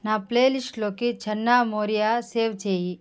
నా ప్లేలిస్ట్లోకి చెన్నా మోరెయా సేవ్ చేయి